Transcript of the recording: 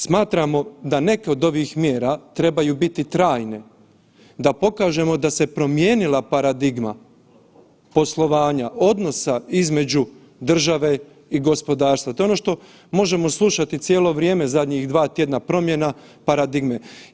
Smatramo da neke od ovih mjera trebaju biti trajne, da pokažemo da se promijenila paradigma poslovanja odnosa između države i gospodarstva, to je ono što možemo slušati cijelo vrijeme zadnjih 2 tjedna, promjena paradigme.